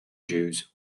jews